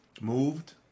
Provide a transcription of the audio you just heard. moved